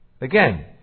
Again